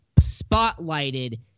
spotlighted